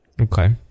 Okay